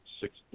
six